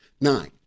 Nine